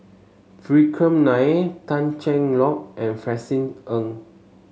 Vikram Nair Tan Cheng Lock and Francis Ng